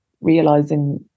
realizing